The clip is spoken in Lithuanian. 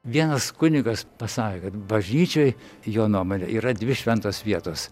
vienas kunigas pasakė kad bažnyčioj jo nuomone yra dvi šventos vietos